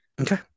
Okay